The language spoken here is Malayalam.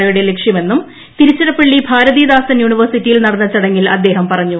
ഒ യുടെ ലക്ഷ്യമെന്നും തിരുച്ചിറപ്പള്ളി ഭാരതീദാസൻ യൂണിവേഴ്സിറ്റിയിൽ നടന്ന ചടങ്ങിൽ അദ്ദേഹം പറഞ്ഞു